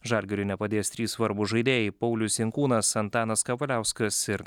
žalgiriui nepadės trys svarbūs žaidėjai paulius jankūnas antanas kavaliauskas ir